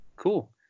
Cool